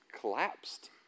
collapsed